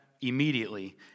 immediately